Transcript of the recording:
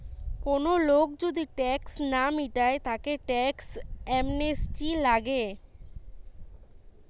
কোন লোক যদি ট্যাক্স না মিটায় তাকে ট্যাক্স অ্যামনেস্টি লাগে